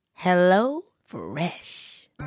HelloFresh